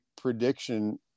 prediction